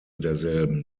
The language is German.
derselben